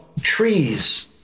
trees